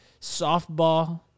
softball